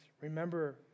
Remember